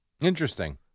Interesting